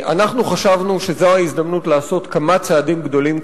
אנחנו חשבנו שזאת ההזדמנות לעשות כמה צעדים גדולים קדימה.